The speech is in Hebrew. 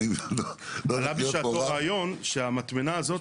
-- עלה בשעתו רעיון שהמטמנה הזאת